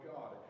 God